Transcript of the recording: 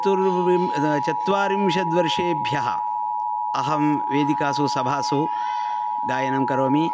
चत्वारिंशत् वर्षेभ्यः अहं वेदिकासु सभासु गायनं करोमि